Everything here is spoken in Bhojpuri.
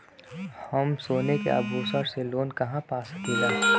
हम सोने के आभूषण से लोन कहा पा सकीला?